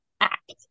act